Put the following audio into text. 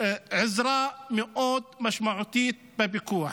עזרה מאוד משמעותית בפיקוח.